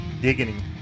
digging